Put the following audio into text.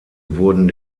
wurden